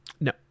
No